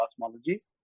cosmology